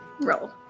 Roll